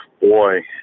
Boy